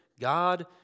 God